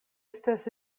estas